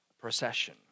procession